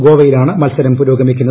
ഗോവയിലാണ് മത്സരം പുരോഗമിക്കുന്നത്